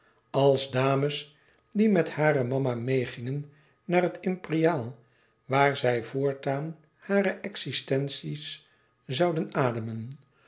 als dames die met hare mama meêgingen naar het imperiaal waar zij voortaan hare existenties zouden ademen